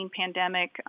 pandemic